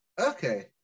Okay